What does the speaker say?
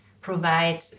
provide